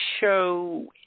show